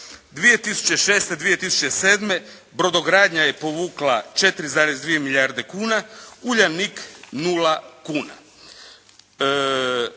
2006., 2007. brodogradnja je povukla 4,2 milijarde kuna. Uljanik 0 kuna.